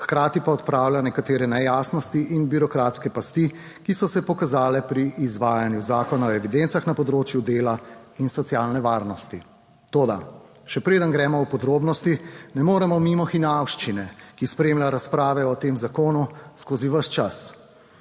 Hkrati pa odpravlja nekatere nejasnosti in birokratske pasti, ki so se pokazale pri izvajanju zakona o evidencah na področju dela in socialne varnosti. Toda še preden gremo v podrobnosti, ne moremo mimo hinavščine, ki spremlja razprave o tem zakonu skozi ves čas.